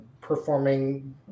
performing